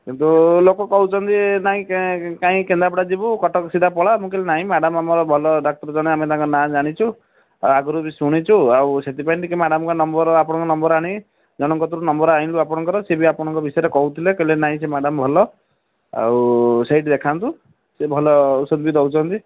କିନ୍ତୁ ଲୋକ କହୁଛନ୍ତି ନାଇଁ କାଇଁ କେନ୍ଦ୍ରାପଡ଼ା ଯିବୁ କଟକ ସିଧା ପଳା ମୁଁ କହିଲି ନାଇଁ ମ୍ୟାଡ଼ମ୍ ଆମର ଭଲ ଡାକ୍ତର ଜଣେ ଆମେ ତାଙ୍କ ନାଁ ଜାଣିଛୁ ଆଗରୁ ବି ଶୁଣିଛୁ ଆଉ ସେଥିପାଇଁ ଟିକିଏ ମ୍ୟାଡ଼ମ୍ଙ୍କ ନମ୍ବର ଆପଣଙ୍କ ନମ୍ବର ଆଣିକି ଜଣଙ୍କ କତିରୁ ନମ୍ବର ଆଣିଲୁ ଆପଣଙ୍କର ସେ ବି ଆପଣଙ୍କ ବିଷୟରେ କହୁଥିଲେ ନାଇଁ ସେ ମ୍ୟାଡ଼ମ୍ ଭଲ ଆଉ ସେଇଠି ଦେଖାନ୍ତୁ ସିଏ ଭଲ ଔଷଧ ବି ଦେଉଛନ୍ତି